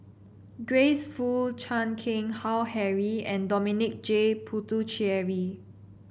Grace Fu Chan Keng Howe Harry and Dominic J Puthucheary